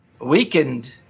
weakened